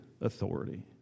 authority